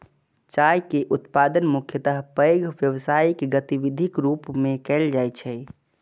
चाय के उत्पादन मुख्यतः पैघ व्यावसायिक गतिविधिक रूप मे कैल जाइ छै